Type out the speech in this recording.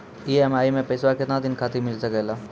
EMI मैं पैसवा केतना दिन खातिर मिल सके ला?